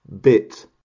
bit